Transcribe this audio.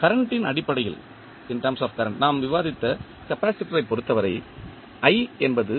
current இன் அடிப்படையில் நாம் விவாதித்த கப்பாசிட்டர் யைப் பொறுத்தவரை என்பது